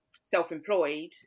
self-employed